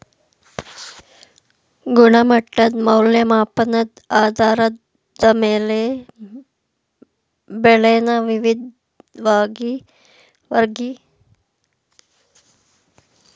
ಗುಣಮಟ್ಟದ್ ಮೌಲ್ಯಮಾಪನದ್ ಆಧಾರದ ಮೇಲೆ ಬೆಳೆನ ವಿವಿದ್ವಾಗಿ ವರ್ಗೀಕರಿಸ್ಲಾಗಿದೆ